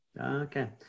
Okay